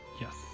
Yes